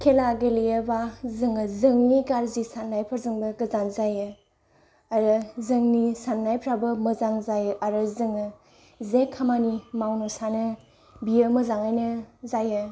खेला गेलेयोबा जोङो जोंनि गाज्रि साननायफोरजोंबो गोजान जायो आरो जोंनि साननायफोराबो मोजां जायो आरो जोङो जे खामानि मावनो सानो बियो मोजाङैनो जायो